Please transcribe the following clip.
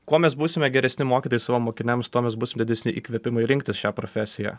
kuo mes būsime geresni mokyti savo mokiniams tuo mes būsim didesni įkvėpimai rinktis šią profesiją